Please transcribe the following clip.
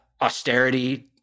austerity